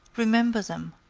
remember them!